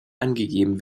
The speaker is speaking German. angegeben